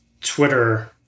Twitter